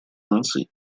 наций